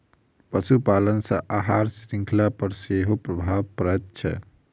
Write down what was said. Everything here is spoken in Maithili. पशुपालन सॅ आहार शृंखला पर सेहो प्रभाव पड़ैत छै